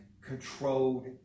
controlled